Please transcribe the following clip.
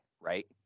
right